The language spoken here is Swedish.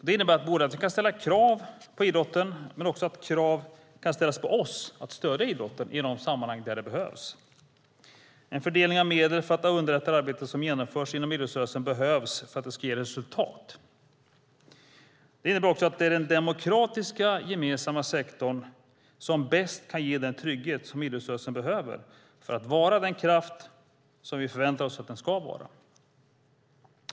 Det innebär både att vi kan ställa krav på idrotten och att krav kan ställas på oss att stödja idrotten i de sammanhang där det behövs. En fördelning av medel för att underlätta det arbete som genomförs inom idrottsrörelsen behövs för att det ska ge resultat. Det innebär också att det är den demokratiska, gemensamma sektorn som bäst kan ge den trygghet som idrottsrörelsen behöver för att vara den kraft som vi förväntar oss att den ska vara.